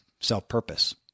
self-purpose